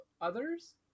others